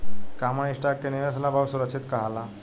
common stock के निवेश ला बहुते सुरक्षित कहाला